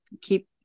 keep